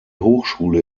hochschule